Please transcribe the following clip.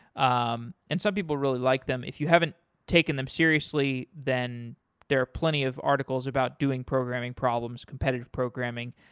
um and some people really like them. if you haven't taken them seriously, then there are plenty of articles about doing programming problems, competitive programming,